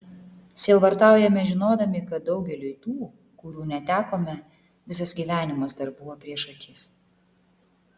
sielvartaujame žinodami kad daugeliui tų kurių netekome visas gyvenimas dar buvo prieš akis